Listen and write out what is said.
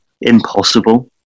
impossible